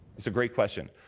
it's a great question.